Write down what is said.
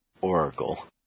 oracle